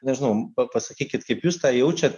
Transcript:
nežinau pasakykit kaip jūs ką jaučiat